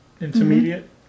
Intermediate